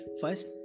first